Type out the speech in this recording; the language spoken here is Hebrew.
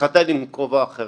יתחתן עם קרובה אחרת.